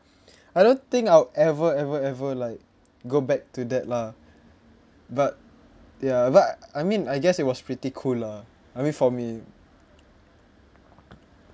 I don't think I'll ever ever ever like go back to that lah but ya but I mean I guess it was pretty cool lah I mean for me